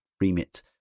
remit